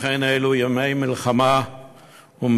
ואכן אלו ימי מלחמה ומצר,